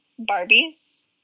Barbies